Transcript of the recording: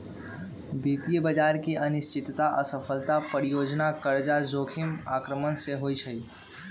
वित्तीय बजार की अनिश्चितता, असफल परियोजना, कर्जा जोखिम आक्रमण से होइ छइ